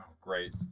great